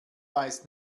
weiß